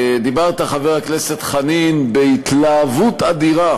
דיברת, חבר הכנסת חנין, בהתלהבות אדירה